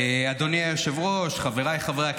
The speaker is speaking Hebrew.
אדוני היושב-ראש, חבריי חברי הכנסת,